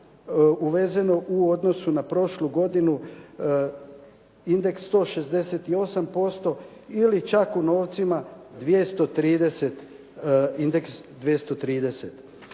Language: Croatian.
uvezeno u odnosu na prošlu godinu indeks 168% ili čak u novcima indeks 230